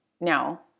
now